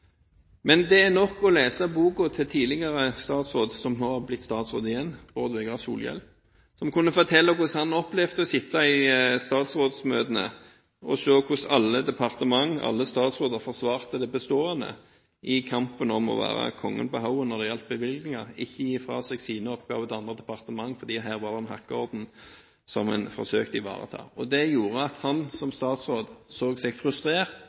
Men det er nok å lese boken til en tidligere statsråd, som nå har blitt statsråd igjen, Bård Vegar Solhjell. Han kunne fortelle hvordan han opplevde å sitte i statsrådsmøtene og se hvordan alle departementer og alle statsråder forsvarte det bestående i kampen om å være kongen på haugen når det gjaldt bevilgninger, og ikke gi fra seg sine oppgaver til andre departementer, for her var det en hakkeorden som man forsøkte å ivareta. Det gjorde at han som statsråd var frustrert